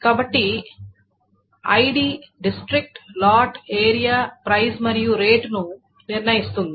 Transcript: కాబట్టి ID district lot area price మరియు rate ను నిర్ణయిస్తుంది